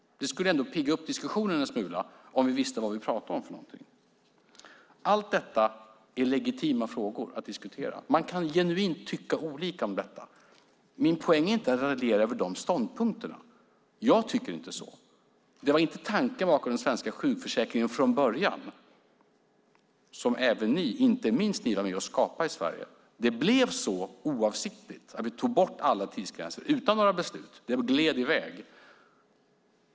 Det skulle ändå pigga upp diskussionen en smula om vi visste vad vi pratar om för något. Allt detta är legitima frågor att diskutera. Man kan tycka genuint olika om detta. Min poäng är inte att raljera över ståndpunkterna. Jag tycker inte så. Det var inte tanken från början bakom den svenska sjukförsäkringen, som inte minst ni var med och skapade i Sverige. Det blev så oavsiktligt när ni tog bort alla tidsgränser utan några beslut. De gled i väg.